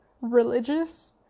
religious